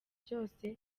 byose